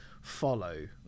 follow